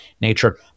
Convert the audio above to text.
nature